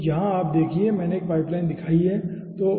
तो आप देखिए यहाँ मैंने एक पाइपलाइन दिखाई है ठीक है